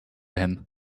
him